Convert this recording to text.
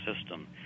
system